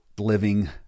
living